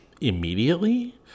immediately